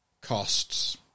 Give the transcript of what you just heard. Costs